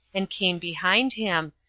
and came behind him,